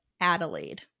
Adelaide